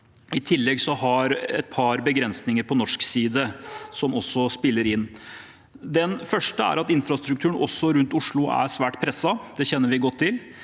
I tillegg har vi et par begrensninger på norsk side som også spiller inn. Den første er at infrastrukturen også rundt Oslo er svært presset. Det kjenner vi godt til.